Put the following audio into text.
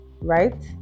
right